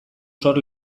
sor